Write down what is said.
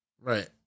Right